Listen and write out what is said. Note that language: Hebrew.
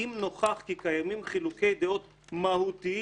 אם נוכח כי קיימים חילוקי דעות מהותיים